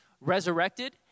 resurrected